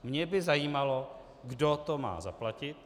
Mě by zajímalo, kdo to má zaplatit.